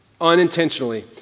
unintentionally